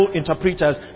interpreters